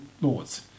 laws